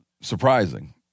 surprising